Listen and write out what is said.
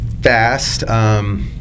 Fast